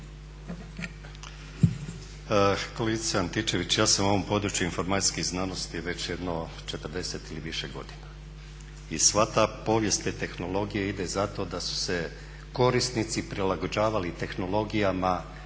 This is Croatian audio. Antičević, ja sam u ovom području informacijskih znanosti već jedno 40 i više godina i sva ta povijest te tehnologije ide zato da su se korisnici prilagođavali tehnologijama